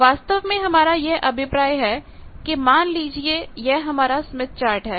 वास्तव में हमारा यह अभिप्राय है कि मान लीजिए यह हमारा स्मिथ चार्ट है